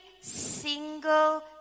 single